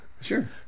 Sure